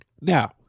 Now